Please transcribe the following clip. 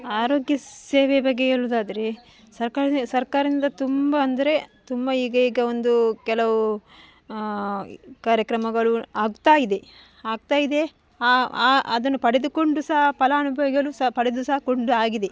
ಆರೋಗ್ಯ ಸೇವೆ ಬಗ್ಗೆ ಹೇಳುದಾದರೆ ಸರ್ಕಾರಿಂ ಸರ್ಕಾರಿಂದ ತುಂಬ ಅಂದರೆ ತುಂಬ ಈಗ ಈಗ ಒಂದು ಕೆಲವು ಕಾರ್ಯಕ್ರಮಗಳು ಆಗ್ತಾ ಇದೆ ಆಗ್ತಾ ಇದೆ ಅದನ್ನು ಪಡೆದುಕೊಂಡು ಸಾ ಫಲಾನುಭವಿಗಳು ಸಹ ಪಡೆದು ಸಹ ಕೊಂಡು ಆಗಿದೆ